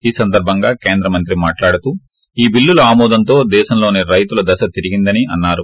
ఈ సందర్సంగా కేంద్ర మంత్రి మాట్హడుతూ ఈ బిల్లుల ఆమోదంతో దేశంలోని రైతుల దశ ్తిరిగిందని అన్నారు